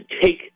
take